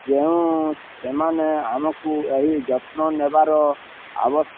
ଯେଉଁ ସେମାନେ ଆମକୁ ଏହି ଯତ୍ନ ନେବାର ଆବଶ